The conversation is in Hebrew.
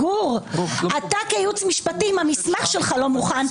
אם המסמך שלך לא מוכן,